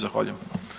Zahvaljujem.